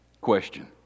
Question